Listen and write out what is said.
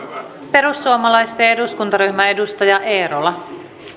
perussuomalaisten eduskuntaryhmä edustaja eerola